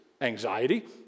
anxiety